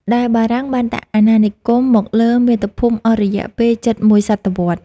ដែលបារាំងបានដាក់អាណាព្យាបាលមកលើមាតុភូមិអស់រយៈពេលជិតមួយសតវត្សរ៍។